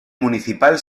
municipal